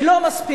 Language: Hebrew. כי לא מספיק,